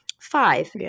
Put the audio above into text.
Five